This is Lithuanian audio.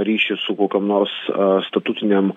ryšį su kokiom nors statutinėm